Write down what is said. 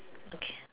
okay